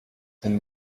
than